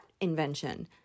invention